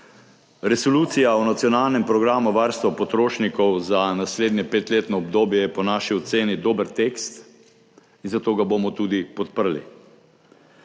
Resolucija o nacionalnem programu varstva potrošnikov za naslednje petletno obdobje je po naši oceni dober tekst in zato ga bomo tudi podprli.